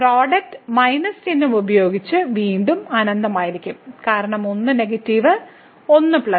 product minus ചിഹ്നം ഉപയോഗിച്ച് വീണ്ടും അനന്തമായിരിക്കും കാരണം ഒന്ന് നെഗറ്റീവ് ഒന്ന് പ്ലസ്